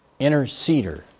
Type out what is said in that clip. interceder